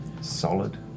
Solid